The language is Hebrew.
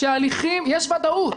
יש ודאות.